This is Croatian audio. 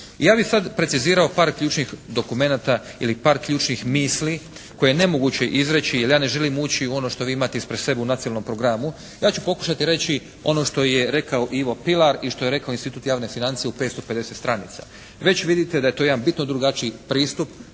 Ja bih sada precizirao par ključnih dokumenata ili par ključnih misli koje je nemoguće izreći jer ja ne želim ući u ono što vi imate ispred sebe u nacionalnom programu. Ja ću pokušati reći ono što je rekao Ivo Pilar i što je rekao institut javne financije u 550 stranica. Već vidite da je to jedan bitno drugačiji pristup,